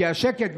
כי השקט,